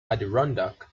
adirondack